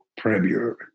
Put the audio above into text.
premier